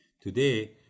Today